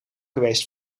geweest